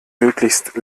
möglichst